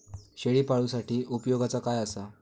शेळीपाळूसाठी उपयोगाचा काय असा?